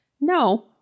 No